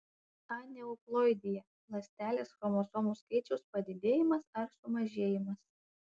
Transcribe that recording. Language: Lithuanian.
aneuploidija ląstelės chromosomų skaičiaus padidėjimas ar sumažėjimas